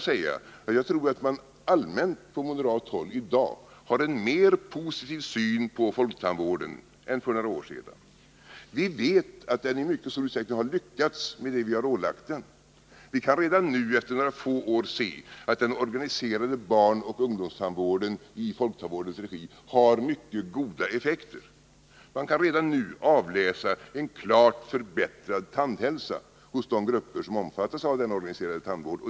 Jag tror att det allmänt på moderat håll i dag finns en mer positiv syn på folktandvården än för några år sedan. Vi vet att den i mycket stor utsträckning har lyckats med det vi har ålagt den. Vi kan redan nu, efter några få år, se att den organiserade barnoch ungdomstandvården i folktandvårdens regi har mycket goda effekter. Vi kan redan nu avläsa en klart förbättrad tandhälsa hos de grupper som omfattas av den organiserade tandvården.